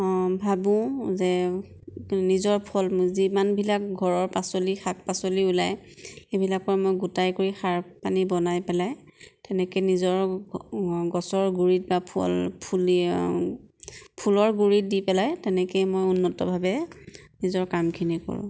ভাৱোঁ যে নিজৰ ফলমূল যিমানবিলাক ঘৰৰ পাচলি শাক পাচলি ওলাই সেইবিলাকৰ মই গোটাই কৰি সাৰ পানী বনাই পেলাই তেনেকে নিজৰ গছৰ গুৰিত বা ফল ফুলি ফুলৰ গুৰিত দি পেলাই তেনেকেই মই উন্নতভাৱে নিজৰ কামখিনি কৰোঁ